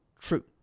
true